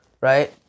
right